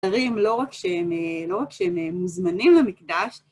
לא רק שהם לא רק שהם מוזמנים למקדש,